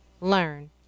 learn